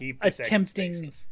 attempting